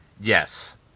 Yes